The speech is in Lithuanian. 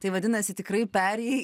tai vadinasi tikrai perėjai